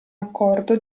accordo